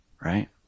right